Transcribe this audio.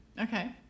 Okay